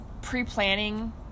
pre-planning